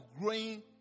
growing